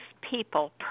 people